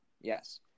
Yes